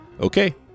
Okay